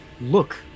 look